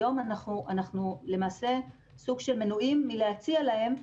היום אנחנו למעשה סוג של מנועים מלהציע להם,